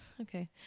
okay